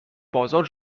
بازار